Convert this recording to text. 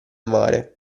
mare